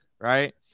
Right